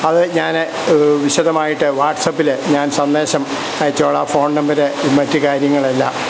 അത് ഞാൻ വിശദമായിട്ട് വാട്സ്പ്പില് ഞാൻ സന്ദേശം അയച്ചുകൊള്ളാം ഫോൺ നമ്പര് മറ്റ് കാര്യങ്ങൾ എല്ലാം